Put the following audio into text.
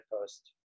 post